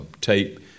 Tape